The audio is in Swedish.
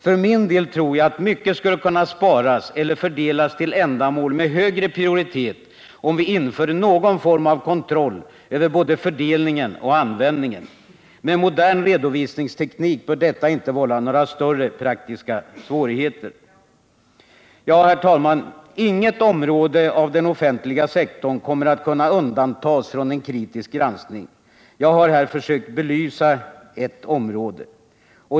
För min del tror jag att mycket skulle kunna sparas eller fördelas till ändamål med högre prioritet, om vi inför någon form av kontroll över både fördelningen och användningen. Med modern redovisningsteknik bör detta inte vålla några större praktiska svårigheter. Herr talman! Inget område av den offentliga sektorn kommer att kunna undantas från kritisk granskning. Jag har här försökt belysa ett område.